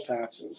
taxes